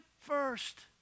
first